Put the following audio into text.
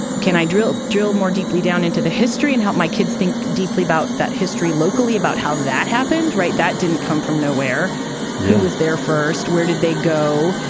can i drill drill more deeply down into the history and help my kids think deeply about that history locally, about how that happened, right? that didn't come from nowhere yeah who was there first? where did they go?